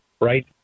right